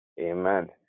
Amen